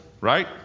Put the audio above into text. Right